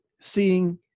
seeing